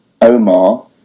Omar